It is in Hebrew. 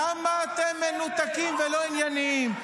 כמה אתם מנותקים ולא ענייניים.